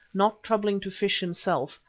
not troubling to fish himself,